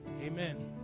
Amen